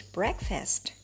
breakfast